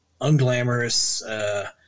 unglamorous